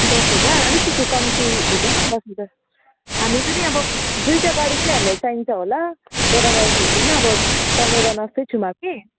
दस हजार अलिकति कम्ती हुँदैन दस हजार हामी पनि अब दुइवटा गाडी चाहिँ हामीलाई चाहिन्छ होला एउटा गाडी त हुँदैन अब पन्ध्रजना जस्तै छौँ हामी